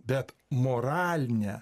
bet moralinę